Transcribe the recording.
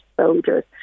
soldiers